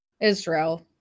Israel